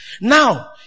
Now